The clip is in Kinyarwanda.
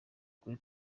kuri